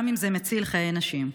גם אם זה מציל חיי נשים.